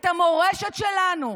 את המורשת שלנו,